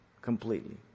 completely